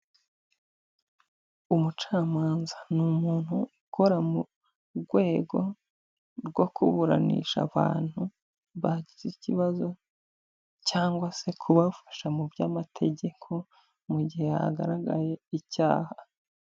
Umucamanza ni umuntu ukora mu rwego rwo kuburanisha abantu bagize ikibazo cyangwa se kubafasha mu by'amategeko mu gihe hagaragaye icyaha.